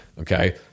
okay